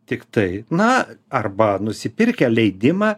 tiktai na arba nusipirkę leidimą